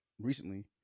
recently